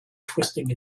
twisting